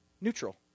neutral